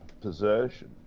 possession